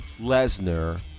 Lesnar